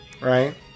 right